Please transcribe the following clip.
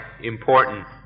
important